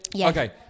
Okay